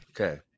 Okay